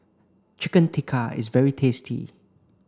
Chicken Tikka is very tasty